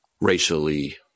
racially